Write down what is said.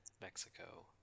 Mexico